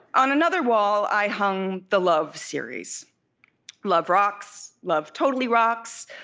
on another wall i hung the love series love rocks, love totally rocks,